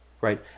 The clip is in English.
Right